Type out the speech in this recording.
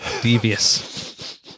devious